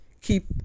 Keep